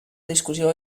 discussió